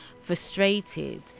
frustrated